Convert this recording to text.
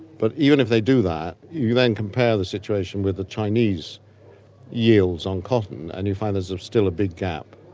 but even if they do that, you then compare the situation with the chinese yields on cotton and you find there is still a big gap.